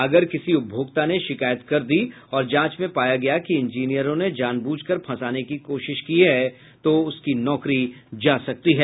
अगर किसी उपभोक्ता ने शिकायत कर दी और जांच में पाया गया कि इंजीनियरों ने जान ब्रुझ कर फंसाने की कोशिश की है तो उसकी नौकरी जा सकती है